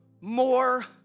More